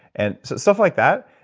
and so stuff like that,